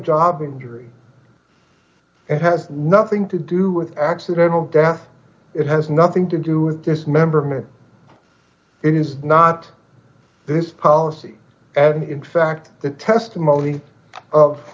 job injury and has nothing to do with accidental death it has nothing to do with this member men it is not this policy and in fact the testimony of